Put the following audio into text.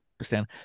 understand